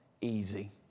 easy